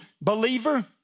believer